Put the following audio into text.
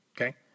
okay